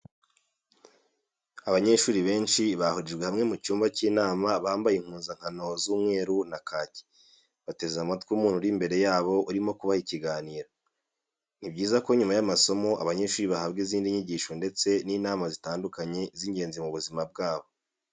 Abanyeshuri benshi bahurijwe hamwe mu cyumba cy'inama bambaye impuzankano z'umweru na kaki, bateze amatwi umuntu uri imbere yabo urimo kubaha ikiganiro. Ni byiza ko nyuma y'amasomo abanyeshuri bahabwa izindi nyigisho ndetse n'inama zitandukanye z'ingenzi mu buzima bwabo.